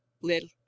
little